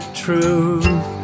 truth